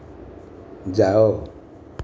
ଯାଅ